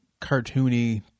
cartoony